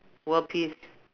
world peace